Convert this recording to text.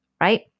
right